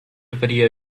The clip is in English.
video